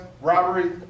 robbery